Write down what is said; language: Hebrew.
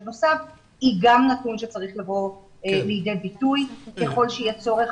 נוסף היא גם נתון שצריך לבוא לידי ביטוי ככל שיהיה צורך